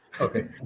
Okay